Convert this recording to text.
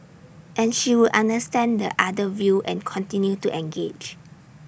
and she would understand the other view and continue to engage